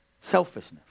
selfishness